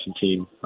team